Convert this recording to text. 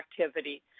activity